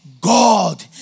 God